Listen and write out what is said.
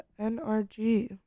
NRG